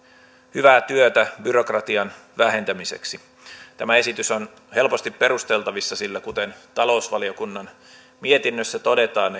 hyvää työtä byrokratian vähentämiseksi tämä esitys on helposti perusteltavissa sillä kuten talousvaliokunnan mietinnössä todetaan